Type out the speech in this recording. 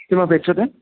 किमपेक्षते